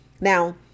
Now